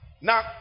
now